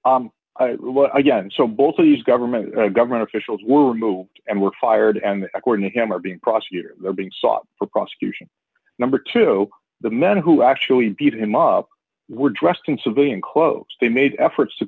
again so both of these government government officials were moved and were fired and according to him are being prosecuted they're being sought for prosecution number two the men who actually beat him up were dressed in civilian clothes they made efforts to